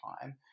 time